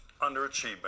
underachievement